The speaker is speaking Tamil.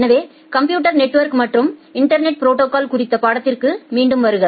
எனவே கம்ப்யூட்டர் நெட்ஒர்க் மற்றும் இன்டர்நெட் ப்ரோடோகால்ஸ் குறித்த பாடத்திற்கு மீண்டும் வருக